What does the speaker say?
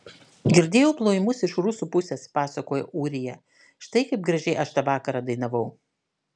girdėjau plojimus iš rusų pusės pasakojo ūrija štai kaip gražiai aš tą vakarą dainavau